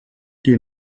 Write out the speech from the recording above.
die